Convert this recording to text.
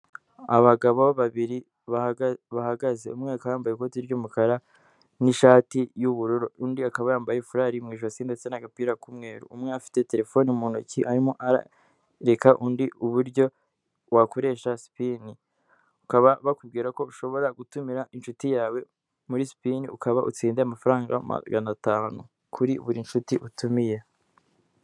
Abagabo babiri bahagaze umwe akaba yambaye ikoti ry'umukara n'ishati y'ubururu undi akaba yambaye furari mu ijosi ndetse agapira k'umweru afite telefone mu ntoki arimo arereka undi uburyo wakoresha sipni bakaba bakubwira ko ushobora gutumira inshuti yawe muri spini ukaba utsindira amafaranga magana atanu kuri buri nshuti utumiye.